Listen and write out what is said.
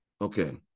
Okay